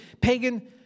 pagan